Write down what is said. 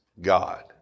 God